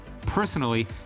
Personally